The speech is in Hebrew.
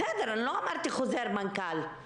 בסדר, לא אמרתי חוזר מנכ"ל.